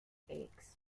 eggs